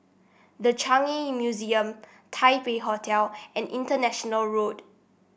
The Changi Museum Taipei Hotel and International Road